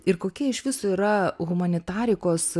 ir kokia iš viso yra humanitarikos